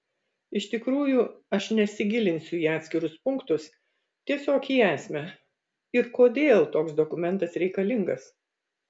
iš tikrųjų aš nesigilinsiu į atskirus punktus tiesiog į esmę ir kodėl toks dokumentas reikalingas